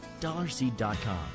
DollarSeed.com